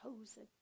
chosen